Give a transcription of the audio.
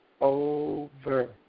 over